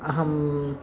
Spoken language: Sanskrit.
अहं